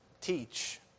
teach